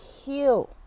heal